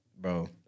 Bro